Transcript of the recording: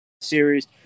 Series